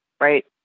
right